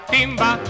Timba